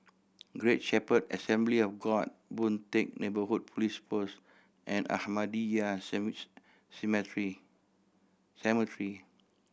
Great Shepherd Assembly of God Boon Teck Neighbourhood Police Post and Ahmadiyya seems Cemetery